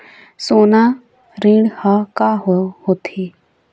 सोना ऋण हा का होते?